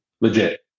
Legit